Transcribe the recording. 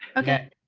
ok.